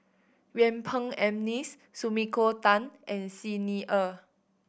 Yuen Peng McNeice Sumiko Tan and Xi Ni Er